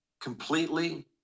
completely